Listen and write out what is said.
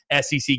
SEC